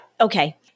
okay